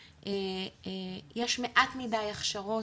יש מעט מדי הכשרות.